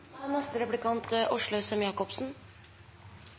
er neste